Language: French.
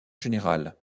général